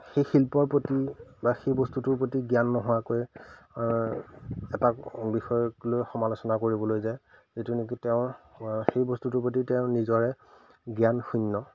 সেই শিল্পৰ প্ৰতি বা সেই বস্তুটোৰ প্ৰতি জ্ঞান নোহোৱাকৈ এটা বিষয়কলৈ সমালোচনা কৰিবলৈ যায় যিটো নেকি তেওঁ সেই বস্তুটোৰ প্ৰতি তেওঁ নিজৰে জ্ঞান শূন্য